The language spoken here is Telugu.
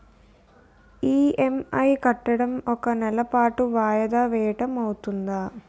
ఇ.ఎం.ఐ కట్టడం ఒక నెల పాటు వాయిదా వేయటం అవ్తుందా?